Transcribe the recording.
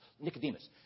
Nicodemus